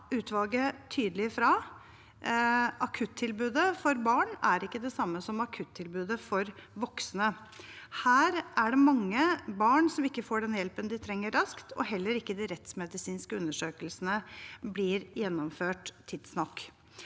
utvalget tydelig fra: Akuttilbudet for barn er ikke det samme som akuttilbudet for voksne. Her er det mange barn som ikke får den hjelpen de trenger, raskt, og de rettsmedisinske undersøkelsene blir heller ikke gjennomført tidsnok.